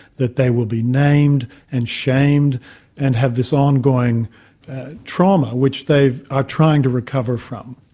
that they will be named and shamed and have this ongoing trauma which they are trying to recover from.